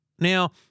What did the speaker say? Now